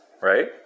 right